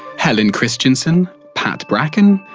helen christensen, pat bracken,